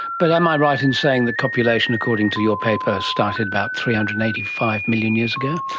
but am i right in saying the copulation, according to your paper, started about three hundred and eighty five million years ago?